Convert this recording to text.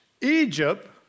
Egypt